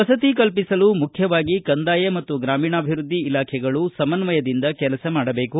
ವಸತಿ ಕಲ್ಪಿಸಲು ಮುಖ್ಯವಾಗಿ ಕಂದಾಯ ಮತ್ತು ಗ್ರಾಮೀಣಾಭಿವೃದ್ಧಿ ಇಲಾಖೆಗಳು ಸಮನ್ವಯದಿಂದ ಕೆಲಸ ಮಾಡಬೇಕು